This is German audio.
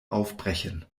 aufbrechen